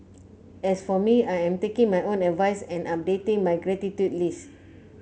as for me I am taking my own advice and updating my gratitude list